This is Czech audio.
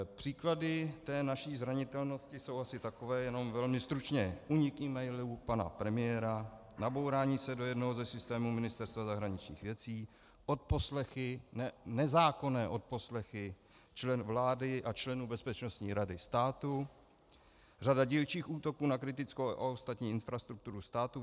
Příklady naší zranitelnosti jsou asi takové jenom velmi stručně únik emailů pana premiéra, nabourání se do jednoho ze systémů Ministerstva zahraničních věcí, nezákonné odposlechy členů vlády a členů Bezpečnostní rady státu, řada dílčích útoků na kritickou a ostatní infrastrukturu státu.